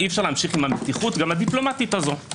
אי אפשר להמשיך עם המתיחות הדיפלומטית הזו.